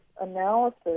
analysis